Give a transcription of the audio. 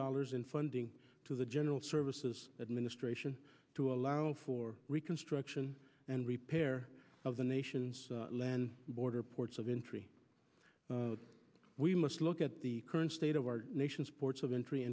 dollars in funding to the general services administration to allow for reconstruction and repair of the nation's land border ports of entry we must look at the current state of our nation's ports of entry